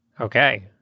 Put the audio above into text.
Okay